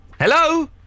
Hello